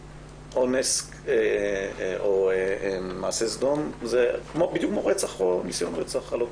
אונס או מעשה סדום זה בדיוק כמו רצח או ניסיון רצח.